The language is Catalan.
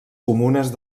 comunes